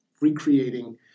recreating